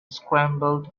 scrambled